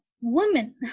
women